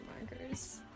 markers